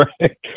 right